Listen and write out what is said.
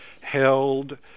held